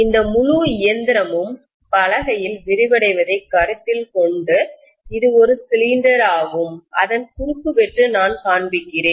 இந்த முழு இயந்திரமும் பலகையில் விரிவடைவதைக் கருத்தில் கொண்டு இது ஒரு சிலிண்டர் ஆகும் அதன் குறுக்கு வெட்டு நான் காண்பிக்கிறேன்